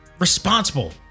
responsible